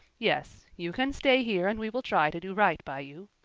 yes, you can stay here and we will try to do right by you.